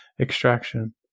extraction